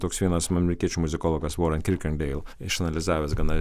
toks vienas nu amerikiečių muzikologas voren kirkenbeil išanalizavęs gana